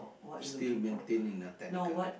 still maintain in a technical